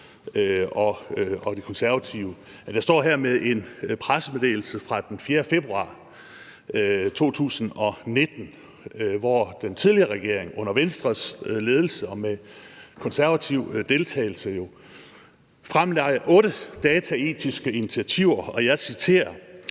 og De Konservative, at jeg her står med en pressemeddelelse fra den 4. februar 2019, hvor den tidligere regering under Venstres ledelse og med konservativ deltagelse jo fremlagde otte dataetiske initiativer, og jeg citerer: